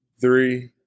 three